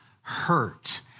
hurt